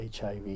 HIV